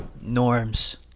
norms